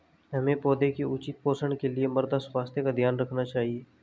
हमें पौधों के उचित पोषण के लिए मृदा स्वास्थ्य का ध्यान रखना चाहिए